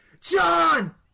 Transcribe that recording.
John